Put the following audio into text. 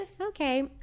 Okay